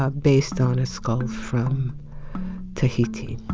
ah based on a skull from tahiti.